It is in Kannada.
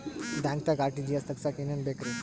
ಬ್ಯಾಂಕ್ದಾಗ ಆರ್.ಟಿ.ಜಿ.ಎಸ್ ತಗ್ಸಾಕ್ ಏನೇನ್ ಬೇಕ್ರಿ?